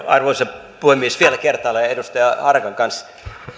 arvoisa puhemies vielä kertaalleen edustaja harakan kanssa